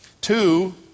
Two